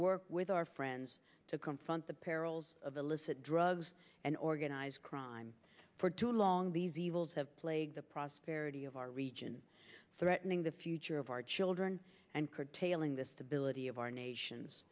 work with our friends to confront the perils of illicit drugs and organized crime for too long these evils have plagued the prosperity of our region threatening the future of our children and curtailing the stability of our nations